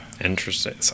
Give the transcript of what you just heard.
interesting